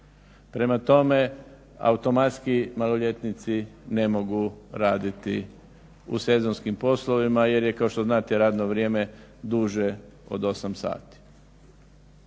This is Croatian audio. Prema tome, automatski maloljetnici ne mogu raditi u sezonskim poslovima jer je kao što znate radno vrijeme duže od 8 sati.